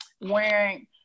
wearing